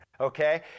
okay